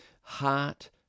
heart